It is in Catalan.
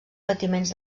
patiments